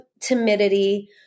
timidity